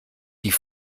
die